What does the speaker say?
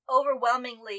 overwhelmingly